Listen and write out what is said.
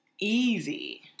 easy